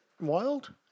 Wild